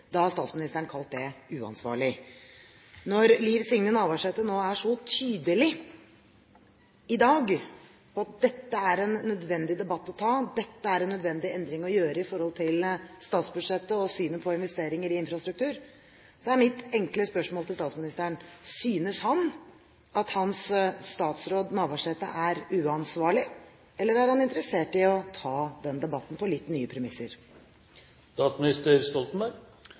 statsministeren kalt det uansvarlig. Når Liv Signe Navarsete er så tydelig i dag på at dette er en nødvendig debatt å ta, dette er en nødvendig endring å gjøre i statsbudsjettet og i synet på investeringer i infrastruktur, er mitt enkle spørsmål til statsministeren: Synes statsministeren at hans statsråd Navarsete er uansvarlig, eller er han interessert i å ta den debatten på litt nye